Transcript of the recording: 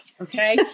Okay